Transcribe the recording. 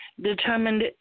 determined